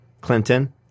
Clinton